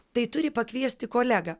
tai turi pakviesti kolegą